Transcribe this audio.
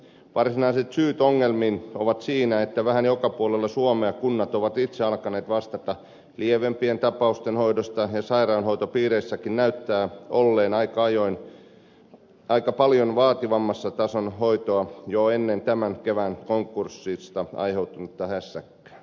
varsinaiset syyt ongelmiin ovat siinä että vähän joka puolella suo mea kunnat ovat itse alkaneet vastata lievem pien tapausten hoidosta ja sairaanhoitopiireissäkin näyttää olleen aika ajoin aika paljon vaativamman tason hoitoa jo ennen tämän kevään konkurssista aiheutunutta hässäkkää